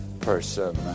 person